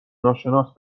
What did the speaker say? ناشناس